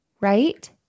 right